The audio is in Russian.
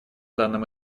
данном